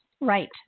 right